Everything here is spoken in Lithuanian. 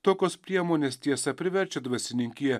tokios priemonės tiesa priverčia dvasininkiją